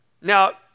Now